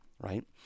right